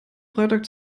freitag